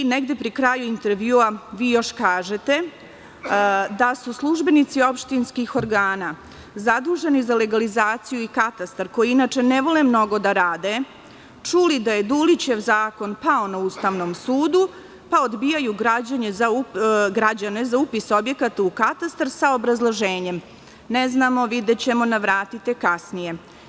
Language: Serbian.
Negde pri kraju intervjua još kažete -službenici opštinskih organa zaduženi za legalizaciju i Katastar, koji inače ne vole mnogo da rade, čuli da je Dulićev zakon pao na Ustavnom sudu, pa odbijaju građane za upis objekata u Katastar sa obrazloženjem – ne znamo, videćemo, navratite kasnije.